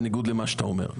בניגוד למה שאתה אומר,